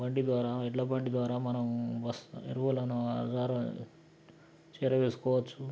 బండి ద్వారా ఎడ్ల బండి ద్వారా మనము వస్త్ ఎరువులను చేరవేసుకోవచ్చు